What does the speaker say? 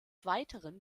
weiteren